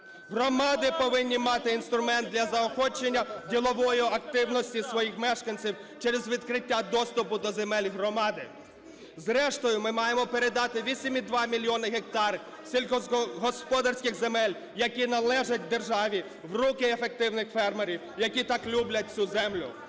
Громади повинні мати інструмент для заохочення ділової активності своїх мешканців через відкриття доступу до земель громади. Зрештою ми маємо передати 8,2 мільйона гектарів сільськогосподарських земель, які належать державі, в руки ефективних фермерів, які так люблять цю землю.